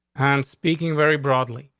and speaking very broadly,